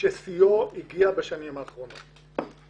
ששיאו הגיע בשנים האחרונות.